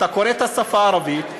אתה קורא בשפה הערבית.